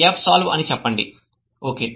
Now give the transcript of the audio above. fsolve అని చెప్పండి okay